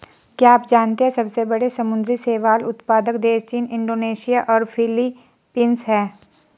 क्या आप जानते है सबसे बड़े समुद्री शैवाल उत्पादक देश चीन, इंडोनेशिया और फिलीपींस हैं?